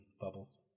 bubbles